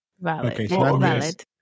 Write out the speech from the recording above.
Valid